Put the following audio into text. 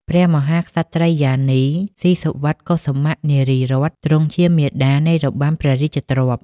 ព្រះមហាក្សត្រិយានី ស៊ីសុវត្ថិ កុសុមៈ នារីរ័ត្ន ទ្រង់ជាមាតានៃរបាំព្រះរាជទ្រព្យ។